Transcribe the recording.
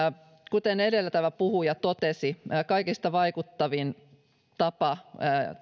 kuten edeltävä puhuja totesi kaikista vaikuttavin tapa